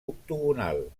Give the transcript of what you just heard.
octogonal